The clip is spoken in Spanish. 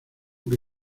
que